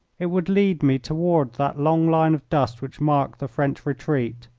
it would lead me toward that long line of dust which marked the french retreat.